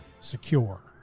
secure